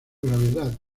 gravedad